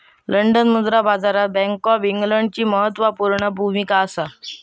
London मुद्रा बाजारात bank of इंग्लंडची म्हत्त्वापूर्ण भुमिका असा